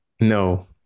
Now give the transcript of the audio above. No